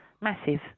massive